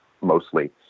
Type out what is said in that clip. mostly